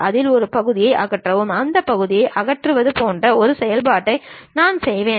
அதில் அந்த பகுதியை அகற்றுவது அந்த பகுதியை அகற்றுவது போன்ற ஒரு செயல்பாட்டை நான் செய்வேன்